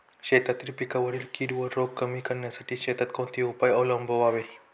शेतातील पिकांवरील कीड व रोग कमी करण्यासाठी शेतात कोणते उपाय अवलंबावे?